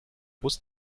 bus